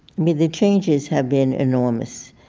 mean, the changes have been enormous.